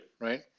right